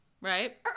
right